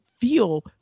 feel